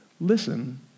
Listen